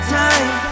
time